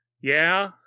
Yeah